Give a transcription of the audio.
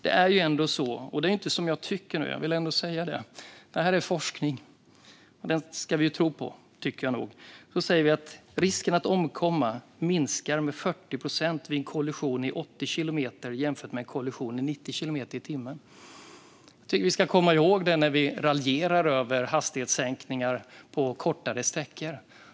Det är ändå så att risken för att omkomma minskar med 40 procent vid en kollision i 80 kilometer i timmen jämfört med en kollision i 90 kilometer i timmen. Det är inte bara som jag tycker - det vill jag ändå säga - utan det är forskning. Den tycker jag att vi ska tro på. Jag tycker att vi ska komma ihåg detta när vi raljerar över hastighetssänkningar på kortare sträckor.